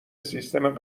سیستم